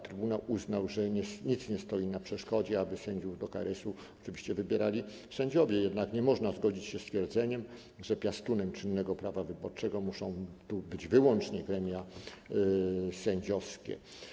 Trybunał uznał, że nic nie stoi na przeszkodzie, aby sędziów do KRS-u wybierali sędziowie, jednak nie można zgodzić się z twierdzeniem, że piastunem czynnego prawa wyborczego muszą być wyłącznie gremia sędziowskie.